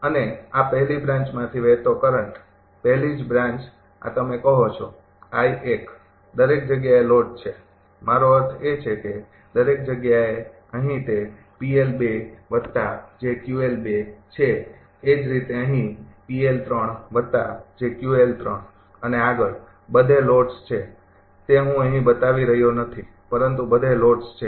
અને આ પહેલી બ્રાન્ચમાંથી વહેતો કરંટ પહેલી જ બ્રાન્ચ આ તમે કહો છો દરેક જગ્યાએ લોડ છે મારો અર્થ એ છે કે દરેક જગ્યાએ અહીં તે છે એ જ રીતે અહી અને આગળ બધે લોડ્સ છે તે હું અહીં બતાવી રહ્યો નથી પરંતુ બધે લોડ્સ છે